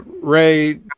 ray